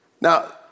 Now